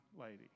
lady